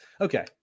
okay